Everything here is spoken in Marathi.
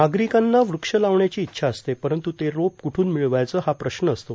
नागरिकांना वृक्ष लावण्याची इच्छा असते परंत् ते रोपं कुठून मिळवायचे हा प्रश्न असतो